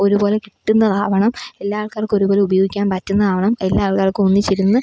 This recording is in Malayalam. ഒരു പോലെ കിട്ടുന്നതാവണം എല്ലാ ആൾക്കാർക്കൊരുപോലെ ഉപയോഗിക്കാന് പറ്റുന്നതാവണം എല്ലാ ആൾക്കാർക്കൊന്നിച്ചിരുന്ന്